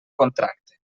contracte